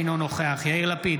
אינו נוכח יאיר לפיד,